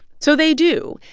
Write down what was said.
so they do,